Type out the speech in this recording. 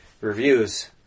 reviews